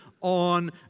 on